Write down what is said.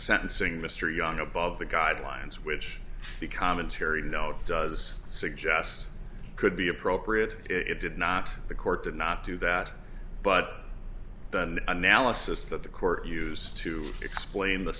sentencing mr young above the guidelines which the commentary now does suggest could be appropriate it did not the court did not do that but done analysis that the court used to explain the